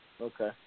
Okay